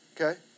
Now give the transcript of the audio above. Okay